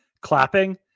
clapping